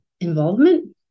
involvement